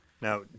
Now